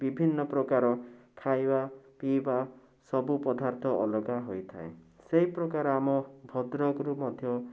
ବିଭିନ୍ନ ପ୍ରକାର ଖାଇବାପିଇବା ସବୁ ପଦାର୍ଥ ଅଲଗା ହୋଇଥାଏ ସେଇପ୍ରକାର ଆମ ଭଦ୍ରକରେ ମଧ୍ୟ